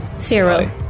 Zero